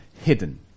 hidden